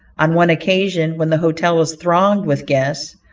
on one occasion, when the hotel was thronged with guests,